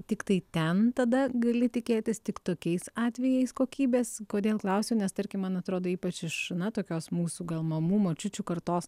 tiktai ten tada gali tikėtis tik tokiais atvejais kokybės kodėl klausiu nes tarkim man atrodo ypač iš na tokios mūsų gal mamų močiučių kartos